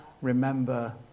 Remember